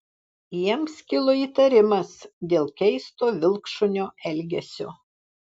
jiems kilo įtarimas dėl keisto vilkšunio elgesio